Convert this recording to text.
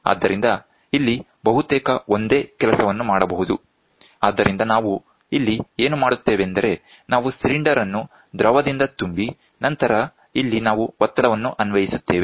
ಆದ್ದರಿಂದ ಇಲ್ಲಿ ಬಹುತೇಕ ಒಂದೇ ಕೆಲಸವನ್ನು ಮಾಡಬಹುದು ಆದ್ದರಿಂದ ನಾವು ಇಲ್ಲಿ ಏನು ಮಾಡುತ್ತೇವೆಂದರೆ ನಾವು ಸಿಲಿಂಡರ್ ಅನ್ನು ದ್ರವದಿಂದ ತುಂಬಿ ನಂತರ ಇಲ್ಲಿ ನಾವು ಒತ್ತಡವನ್ನು ಅನ್ವಯಿಸುತ್ತೇವೆ